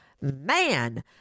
Man